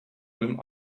ulm